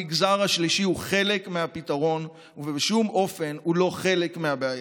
המגזר השלישי הוא חלק מהפתרון ובשום אופן הוא לא חלק מהבעיה.